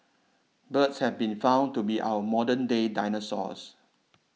birds have been found to be our modern day dinosaurs